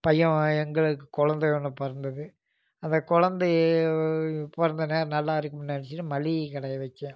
பையன் எங்களுக்கு கொழந்தை ஒன்று பிறந்துது அந்த கொழந்தை பிறந்த நேரம் நல்லா இருக்கும்னு நெனைச்சிட்டு மளிகை கடையை வைச்சேன்